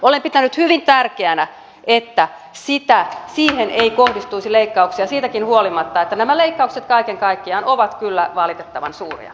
olen pitänyt hyvin tärkeänä että siihen ei kohdistuisi leikkauksia siitäkin huolimatta että nämä leikkaukset kaiken kaikkiaan ovat kyllä valitettavan suuria